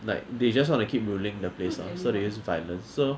like they just want to keep ruling the place so they use violence so